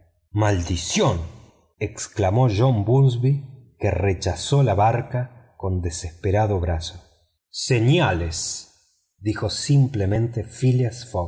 maldición exclamó john bunsby que rechazó la barca con desesperado brazo señales dijo simplemente phileas